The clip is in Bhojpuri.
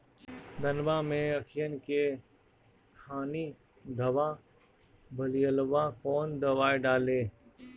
धनवा मै अखियन के खानि धबा भयीलबा कौन दवाई डाले?